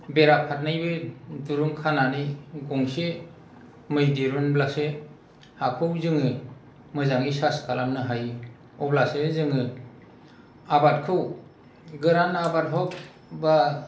बेरा फारनैबो दुरुं खानानै एरै गंसे मै दिरुनब्लासो हाखौ जोङो मोजाङै चार्ज खालामनो हायो अब्लासो जोङो आबादखौ गोरान आबाद हक बा